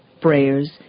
prayers